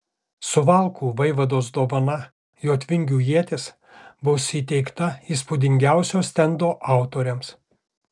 suvalkų vaivados dovana jotvingių ietis bus įteikta įspūdingiausio stendo autoriams